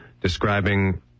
describing